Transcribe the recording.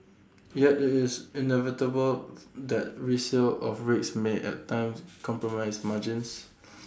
yet IT is inevitable that resale of rigs may at times compromise margins